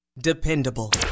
Dependable